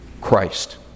Christ